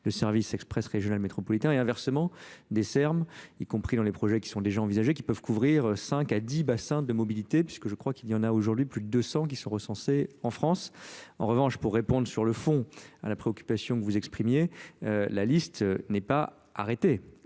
le service express régional métropolitain et inversement des termes y compris dans les projets qui sont déjà envisagés qui peuvent couvrir cinq à dix bassins de mobilité puisque dix bassins de mobilité puisque je crois qu'il y en a aujourd'hui plus de deux cents qui sont recensés en france en revanche pour répondre sur le fond à la préoccupation que vous exprimez la liste n'est pas arrêtée